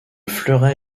fleuret